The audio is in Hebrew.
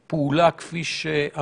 מעבירים לו רק לצורך ביצוע הפעולות של סיוע